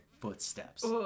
footsteps